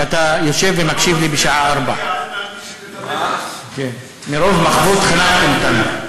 שאתה יושב ומקשיב לי בשעה 04:00. מרוב מחוות (אומר דברים בשפה הערבית).